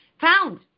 found